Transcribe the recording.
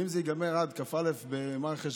ואם זה ייגמר עד כ"א במרחשוון,